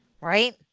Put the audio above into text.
Right